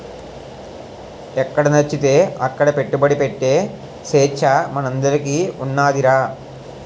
ఎక్కడనచ్చితే అక్కడ పెట్టుబడి ఎట్టే సేచ్చ మనందరికీ ఉన్నాదిరా